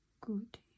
good